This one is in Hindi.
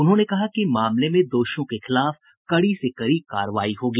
उन्होंने कहा कि मामले में दोषियों के खिलाफ कड़ी से कड़ी कार्रवाई होगी